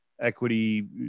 equity